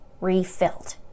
refilled